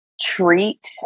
treat